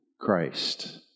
Christ